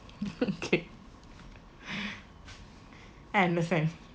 okay I understand